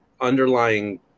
underlying